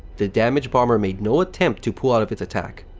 the damaged bomber made no attempt to pull out of its attack.